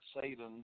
Satan